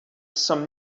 some